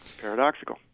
paradoxical